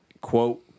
quote